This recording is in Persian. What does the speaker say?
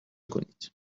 کنید